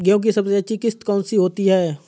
गेहूँ की सबसे अच्छी किश्त कौन सी होती है?